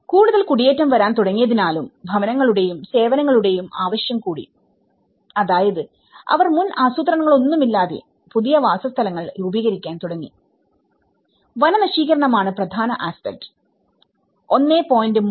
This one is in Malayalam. കൂടുതൽ കുടിയേറ്റം വരാൻ തുടങ്ങിയതിനാലും ഭവനങ്ങളുടെയും സേവനങ്ങളുടെയും ആവശ്യം കൂടി അതായത് അവർ മുൻ ആസൂത്രണങ്ങളൊന്നുമില്ലാതെ പുതിയ വാസസ്ഥലങ്ങൾ രൂപീകരിക്കാൻ തുടങ്ങിവനനശീകരണമാണ് പ്രധാന ആസ്പെക്ട്1